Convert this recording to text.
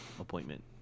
appointment